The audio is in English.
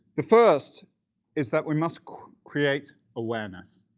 the first is that we must create awareness.